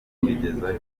kubigezayo